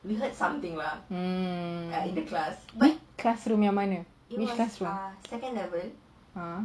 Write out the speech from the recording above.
classroom yang mana which classroom